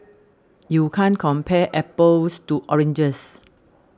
you can't compare apples to oranges